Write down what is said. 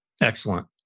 Excellent